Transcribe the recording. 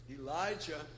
Elijah